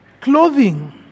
clothing